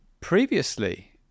Previously